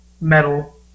metal